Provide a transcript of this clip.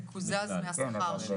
תקוזז מהשכר שלו.